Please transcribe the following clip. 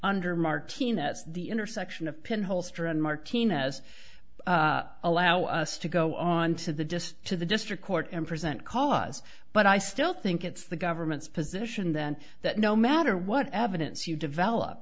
under martinez the intersection of pin holster and martinez allow us to go on to the disc to the district court and present cause but i still think it's the government's position then that no matter what evidence you develop